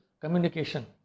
communication